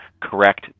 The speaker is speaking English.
correct